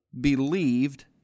believed